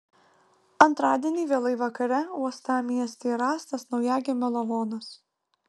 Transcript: antradienį vėlai vakare uostamiestyje rastas naujagimio lavonas